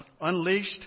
Unleashed